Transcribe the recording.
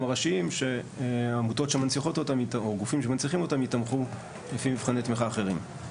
הראשיים שהגופים שמנציחים אותם יתמכו לפי מבחני תמיכה אחרים.